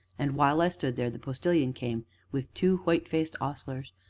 and, while i stood there, the postilion came with two white-faced ostlers,